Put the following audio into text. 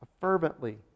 Fervently